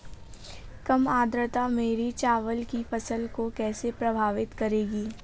कम आर्द्रता मेरी चावल की फसल को कैसे प्रभावित करेगी?